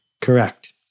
Correct